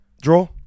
draw